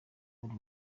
uru